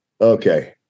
okay